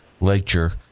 lecture